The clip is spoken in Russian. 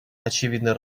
очевидно